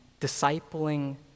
discipling